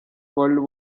world